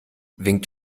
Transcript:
winkt